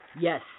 Yes